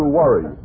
worry